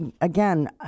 again